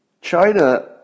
China